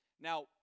Now